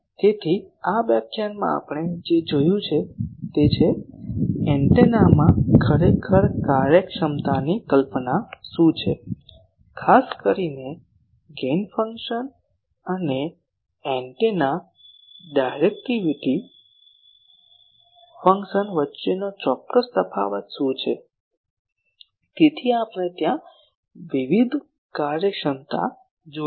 તેથી આ વ્યાખ્યાનમાં આપણે જે જોયું છે તે તે છે એન્ટેનામાં ખરેખર કાર્યક્ષમતાની કલ્પના શું છે ખાસ કરીને ગેઇન ફંક્શન અને એન્ટેનાના ડાયરેક્ટિવિટી ફંક્શન વચ્ચેનો ચોક્કસ તફાવત શું છે તેથી આપણે ત્યાં વિવિધ કાર્યક્ષમતા જોઇ છે